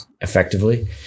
effectively